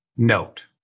Note